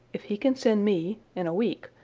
if he can send me, in a week,